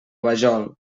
vajol